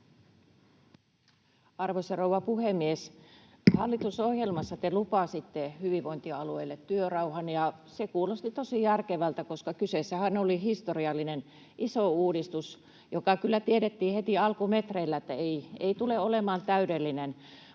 Arvoisa rouva puhemies! Hallitusohjelmassa te lupasitte hyvinvointialueille työrauhan, ja se kuulosti tosi järkevältä, koska kyseessähän oli historiallinen, iso uudistus, josta kyllä tiedettiin heti alkumetreillä, että se ei tule olemaan täydellinen.